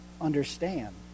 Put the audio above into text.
understand